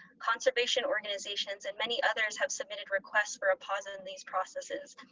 conservation organizations, and many others have submitted requests for a pause in these processes.